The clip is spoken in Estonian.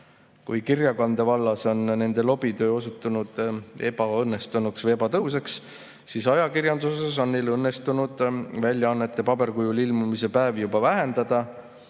Kirjakande vallas on nende lobitöö osutunud ebaõnnestunuks või ebatõhusaks, kuid ajakirjanduses on neil õnnestunud väljaannete paberkujul ilmumise päevi juba vähendada